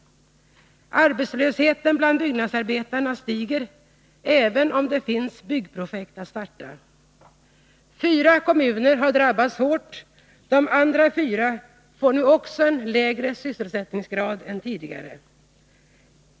Arbetslösheten bland byggnadsarbetarna stiger, även om det finns byggprojekt att starta. Fyra kommuner har drabbats hårt. De andra fyra får nu också en lägre sysselsättningsgrad än tidigare.